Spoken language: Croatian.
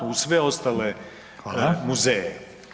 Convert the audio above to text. uz sve ostale muzeje.